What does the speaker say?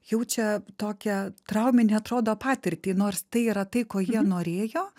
jaučia tokią trauminę atrodo patirtį nors tai yra tai ko jie norėjo